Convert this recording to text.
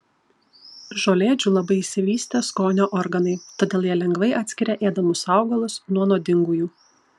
žolėdžių labai išsivystę skonio organai todėl jie lengvai atskiria ėdamus augalus nuo nuodingųjų